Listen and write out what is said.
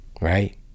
right